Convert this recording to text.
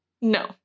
No